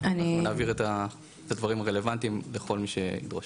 ואנחנו נעביר את הדברים הרלוונטיים לכל מי שידרוש.